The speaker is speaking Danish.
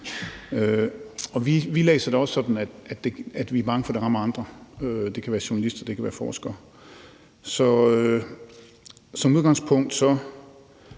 vi læser det også sådan, at vi er bange for, at det rammer andre. Det kan være journalister, det kan være forskere. Så som udgangspunkt